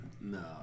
No